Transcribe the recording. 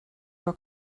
your